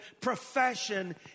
profession